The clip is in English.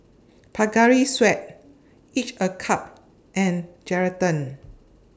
Pocari Sweat Each A Cup and Geraldton